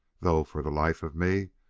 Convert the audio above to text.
though, for the life of me,